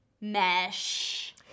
mesh